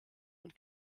und